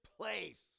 place